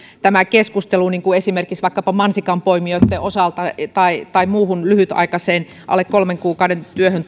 tämä keskustelu esimerkiksi mansikanpoimijoitten osalta tai tai muuhun lyhytaikaiseen alle kolmen kuukauden työhön